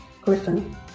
Griffin